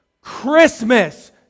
Christmas